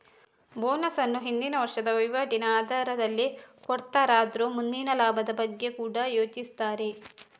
bonus ಅನ್ನು ಹಿಂದಿನ ವರ್ಷದ ವೈವಾಟಿನ ಆಧಾರದಲ್ಲಿ ಕೊಡ್ತಾರಾದ್ರೂ ಮುಂದಿನ ಲಾಭದ ಬಗ್ಗೆ ಕೂಡಾ ಯೋಚಿಸ್ತಾರೆ